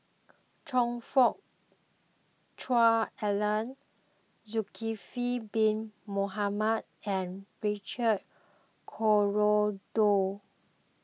Choe Fook Cheong Alan Zulkifli Bin Mohamed and Richard Corridon